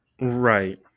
Right